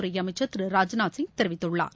துறை அமைச்சர் திரு ராஜ்நாத் சிங் தெரிவித்துள்ளார்